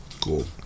Cool